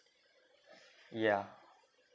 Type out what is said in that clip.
yeah